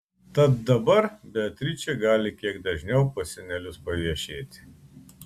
tad dabar beatričė gali kiek dažniau pas senelius paviešėti